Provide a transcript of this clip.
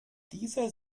dieser